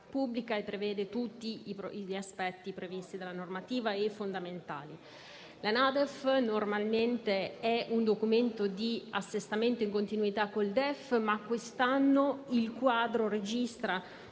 normalmente è un documento di assestamento in continuità con il DEF, ma quest'anno il quadro registra